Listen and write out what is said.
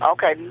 Okay